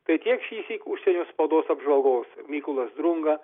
tai tiek šįsyk užsienio spaudos apžvalgos mykolas drunga